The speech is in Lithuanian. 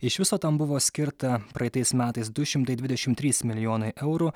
iš viso tam buvo skirta praeitais metais du šimtai dvidešimt trys milijonai eurų